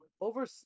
Over